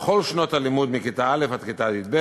בכל שנות הלימוד, מכיתה א' ועד כיתה י"ב,